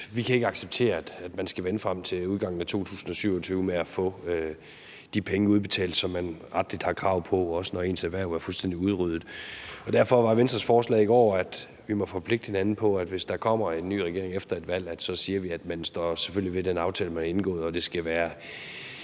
vi ikke kan acceptere, at man skal vente frem til udgangen af 2027 med at få de penge udbetalt, som man rettelig har krav på, også når ens erhverv er fuldstændig udryddet. Derfor var Venstres forslag i går, at vi må forpligte hinanden på, at hvis der kommer en ny regering efter et valg, siger vi, at man selvfølgelig står ved den aftale, man har indgået, og det skal være